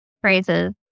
phrases